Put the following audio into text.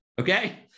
okay